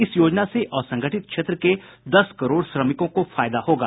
इस योजना से असंगठित क्षेत्र के दस करोड़ श्रमिकों को फायदा होगा